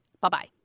Bye-bye